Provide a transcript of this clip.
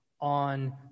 on